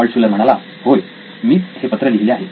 Altshuller म्हणाला होय मीच हे पत्र लिहिले आहे